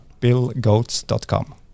BillGoats.com